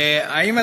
האם,